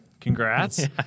Congrats